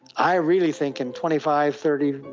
i really think in twenty five, thirty,